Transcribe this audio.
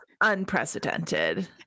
unprecedented